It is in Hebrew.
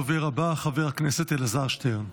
הדובר הבא, חבר הכנסת אלעזר שטרן.